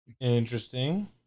interesting